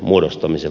puhemies